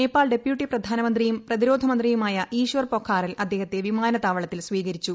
Nepal deputy പ്രധാനമന്ത്രിയും പ്രതിരോധമന്ത്രിയുമായ ഈശ്വർ പൊഖാറെൽ അദ്ദേഹത്തെ വിമാനത്താവളത്തിൽ സ്വീകരിച്ചു